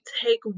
take